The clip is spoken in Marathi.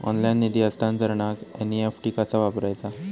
ऑनलाइन निधी हस्तांतरणाक एन.ई.एफ.टी कसा वापरायचा?